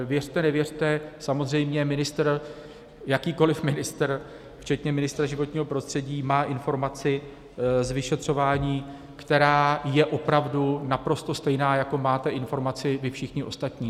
A věřte, nevěřte samozřejmě jakýkoliv ministr, včetně ministra životního prostředí, má informaci z vyšetřování, která je opravdu naprosto stejná, jako máte informaci vy všichni ostatní.